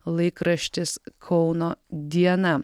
laikraštis kauno diena